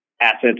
assets